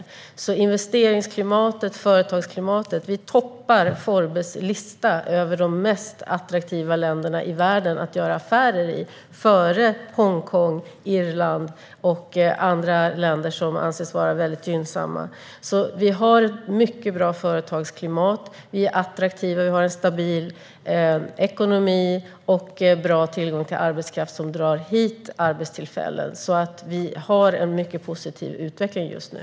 Det handlar om investeringsklimatet och om företagsklimatet. Vi toppar Forbes lista över de mest attraktiva länderna i världen att göra affärer i. Vi ligger före Hongkong, Irland och andra länder som anses vara väldigt gynnsamma. Vi har ett mycket bra företagsklimat. Vi är attraktiva. Vi har en stabil ekonomi och bra tillgång till arbetskraft, som drar hit arbetstillfällen. Vi har alltså en mycket positiv utveckling just nu.